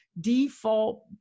default